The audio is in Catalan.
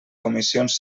comissions